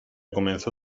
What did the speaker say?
comenzó